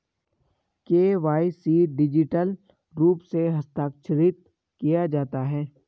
KYC में digital रूप से हस्ताक्षरित किया जाता है